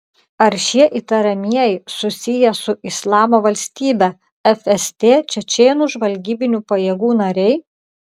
ar šie įtariamieji susiję su islamo valstybe fst čečėnų žvalgybinių pajėgų nariai